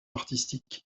artistique